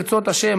ברצות השם,